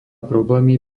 problémy